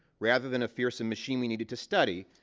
rather than a fearsome machine we needed to study,